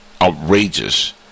outrageous